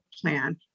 plan